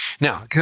Now